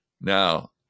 Now